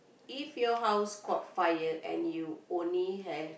if your house caught fire and you only have